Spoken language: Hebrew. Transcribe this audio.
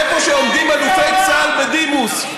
איפה שעומדים אלופי צה"ל בדימוס.